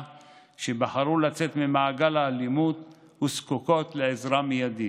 שבחרו לצאת ממעגל האלימות וזקוקות לעזרה מיידית.